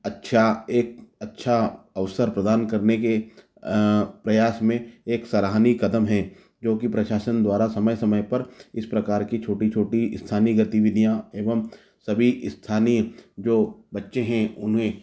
अच्छा एक अच्छा अवसर प्रदान करने के प्रयास में एक सराहनीय कदम है जो कि प्रशासन द्वारा समय समय पर इस प्रकार की छोटी छोटी स्थानीय गतिविधियां एवं सभी स्थानीय जो बच्चे हैं उन्हें